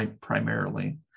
primarily